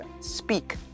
speak